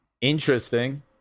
interesting